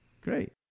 Great